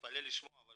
מתפלא לשמוע, אבל